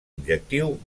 objectiu